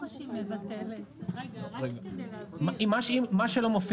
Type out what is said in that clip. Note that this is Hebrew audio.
מצליחה להבין בהצעה שלך זה מה קורה